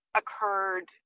occurred